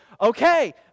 okay